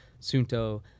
Sunto